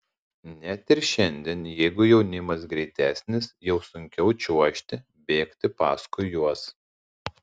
net ir šiandien jeigu jaunimas greitesnis jau sunkiau čiuožti bėgti paskui juos